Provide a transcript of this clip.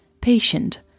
Patient